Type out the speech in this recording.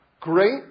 Great